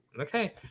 Okay